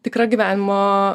tikra gyvenimo